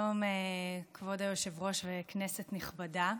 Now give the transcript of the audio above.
שלום כבוד היושב-ראש, כנסת נכבדה.